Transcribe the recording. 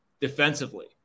defensively